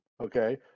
okay